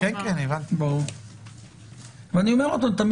אני אומר את זה בזהירות,